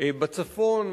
מצפון,